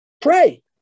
pray